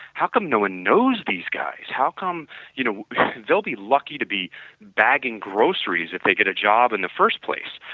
how come no one knows these guys, how come you know they will be lucky to be bagging groceries if they get a job in the first place,